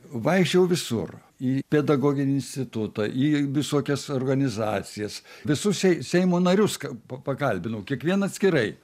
vaikščiojau visur į pedagoginį institutą į visokias organizacijas visus sei seimo narius k pa pakalbinau kiekvieną atskirai